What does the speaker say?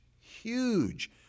huge